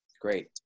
Great